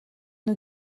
nhw